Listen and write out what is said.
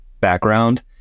background